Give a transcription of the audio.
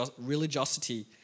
religiosity